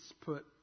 put